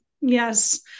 Yes